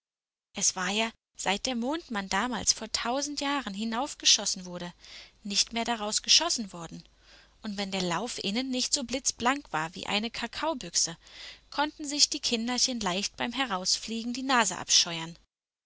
es war ja seit der mondmann damals vor tausend jahren hinaufgeschossen wurde nicht mehr daraus geschossen worden und wenn der lauf innen nicht so blitzblank war wie eine kakaobüchse konnten sich die kinderchen leicht beim herausfliegen die nasen abscheuern